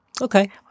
Okay